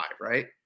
right